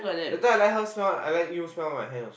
that time I let her smell I let you smell my hand also